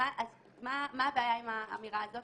מה הבעיה עם האמירה הזאת?